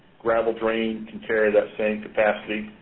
gravel drain can carry that same capacity.